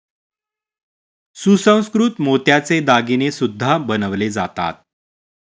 सुसंस्कृत मोत्याचे दागिने सुद्धा बनवले जातात